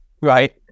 Right